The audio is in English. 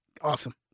Awesome